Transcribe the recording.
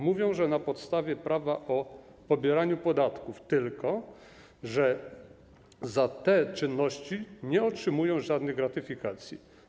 Mówią, że na podstawie prawa o pobieraniu podatków, tylko że za te czynności nie otrzymują żadnych gratyfikacji.